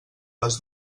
les